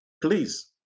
please